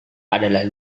adalah